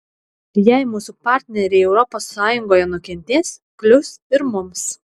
jei mūsų partneriai europos sąjungoje nukentės klius ir mums